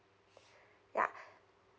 yeah